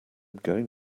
going